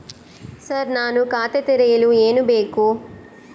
Sir ನಾನು ಖಾತೆ ತೆರೆಯಲು ಏನು ಬೇಕು?